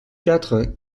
quatre